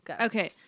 Okay